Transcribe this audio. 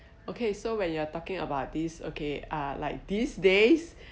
okay so when you are talking about this okay ah like these days